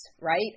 right